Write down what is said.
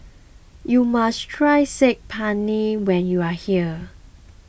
you must try Saag Paneer when you are here